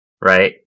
right